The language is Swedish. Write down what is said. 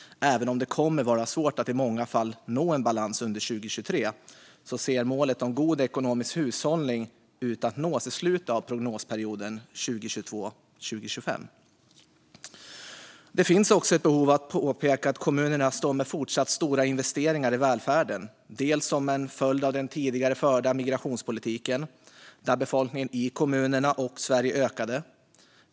Även om det i många fall kommer att vara svårt att nå en balans under 2023 ser målet om god ekonomisk hushållning ut att nås i slutet av prognosperioden 2022-2025. Det finns också ett behov av att påpeka att kommunerna står med fortsatta stora investeringar i välfärden framför sig, bland annat som en följd av den tidigare förda migrationspolitiken där befolkningen i Sveriges kommuner ökade.